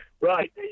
Right